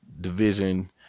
division